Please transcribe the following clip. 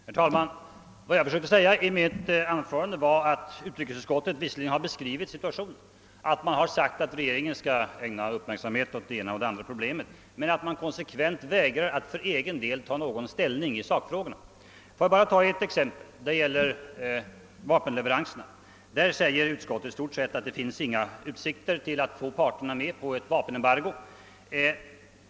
Herr talman! Vad jag försökte säga i mitt anförande var att utrikesutskottet enbart beskrivit situationen. Det har sagt att regeringen skall ägna uppmärksamhet åt det ena och det andra problemet, men det har konsekvent vägrat att för egen del ta någon ställning i sakfrågorna. Låt mig bara ta ett exempel. Det gäller vapenleveranserna. Utskottet säger därvidlag att det inte finns några utsikter att få med parterna på ett vapenembargo.